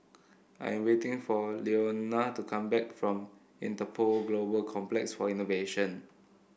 I am waiting for Leona to come back from Interpol Global Complex for Innovation